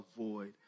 avoid